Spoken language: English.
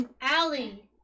Allie